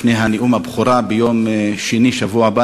לפני נאום הבכורה ביום שני בשבוע הבא,